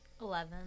Eleven